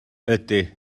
ydy